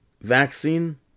vaccine